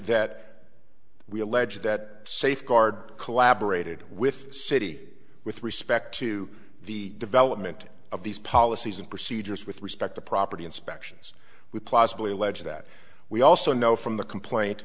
that we allege that safeguard collaborated with citi with respect to the development of these policies and procedures with respect to property inspection with plausibly allege that we also know from the complaint